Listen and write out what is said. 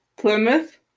Plymouth